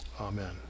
amen